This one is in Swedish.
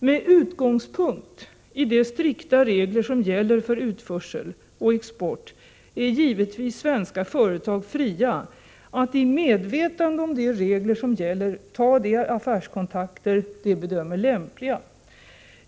Med utgångspunkt i de strikta regler som gäller för utförsel och export är givetvis svenska företag fria att, i medvetande om de regler som gäller, ta de affärskontakter de bedömer lämpliga.